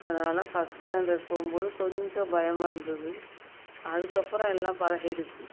அதனால் first standard போகும்போது கொஞ்சம் பயமாக இருந்தது அதுக்கப்புறம் எல்லாம் பழகிடுச்சு